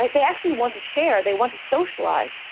like they actually want to share, they want to socialise,